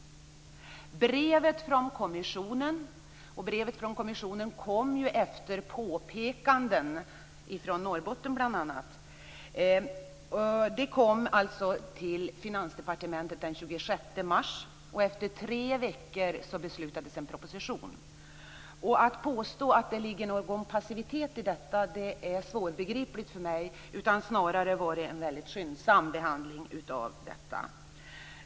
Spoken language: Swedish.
Brevet från kommissionen kom, efter påpekanden från bl.a. Norrbotten, till Finansdepartementet den 26 mars. Efter tre veckor beslutade man att lägga fram en proposition. Att påstå att det ligger någon passivitet i detta är svårbegripligt för mig. Snarare har det varit en väldigt skyndsam behandling av detta ärende.